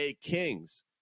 Kings